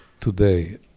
today